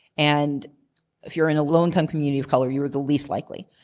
and if you're in a low income community of color, you are the least likely.